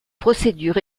procédure